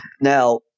Now